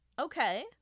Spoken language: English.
Okay